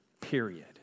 period